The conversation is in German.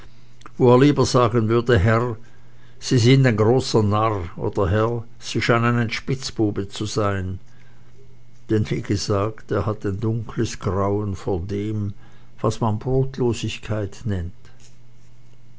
er lieber sagen würde herr sie sind ein großer narr oder herr sie scheinen ein spitzbube zu sein denn wie gesagt er hat ein dunkles grauen vor dem was man brotlosigkeit nennt